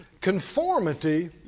Conformity